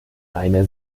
eine